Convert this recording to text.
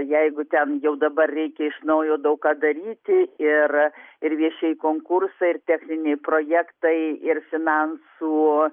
jeigu ten jau dabar reikia iš naujo daug ką daryti ir ir viešieji konkursai ir techniniai projektai ir finansų